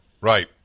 right